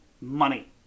money